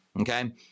okay